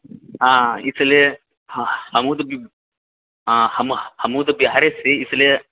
हँ इसलिए हमहूँ तऽ हँ हमहूँ तऽ बिहारेसँ छी इसलिए